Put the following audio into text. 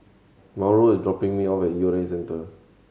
Mauro is dropping me off at U R A Centre